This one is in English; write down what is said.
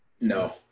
No